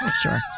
Sure